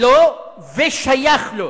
לו ושייך לו.